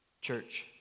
Church